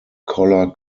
collar